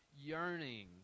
yearning